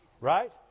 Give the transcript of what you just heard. right